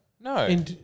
No